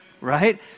right